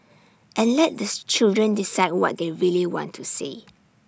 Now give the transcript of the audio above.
and let the children decide what they really want to say